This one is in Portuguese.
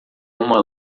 uma